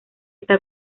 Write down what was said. está